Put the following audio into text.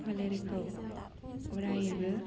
फोलेरखौ अरायबो